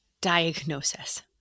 diagnosis